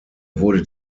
wurde